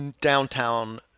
downtown